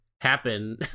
happen